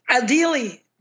ideally